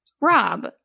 Rob